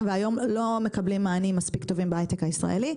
והיום לא מקבלים מענים מספיק טובים בהייטק הישראלי,